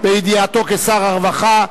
בידיעתו כשר הרווחה.